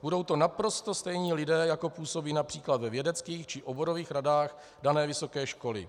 Budou to naprosto stejní lidé, jako působí například ve vědeckých či oborových radách dané vysoké školy.